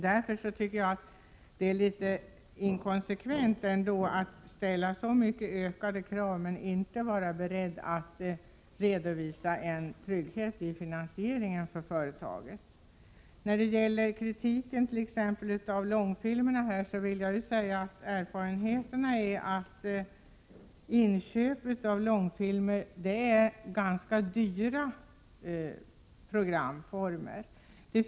Därför tycker jag att det är litet inkonsekvent att ställa så pass ökade krav men inte vara beredd att redovisa en trygghet beträffande finansieringen av företaget. I fråga om kritiken av långfilmerna vill jag säga att erfarenheterna är att långfilm är en ganska dyr programform.